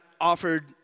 offered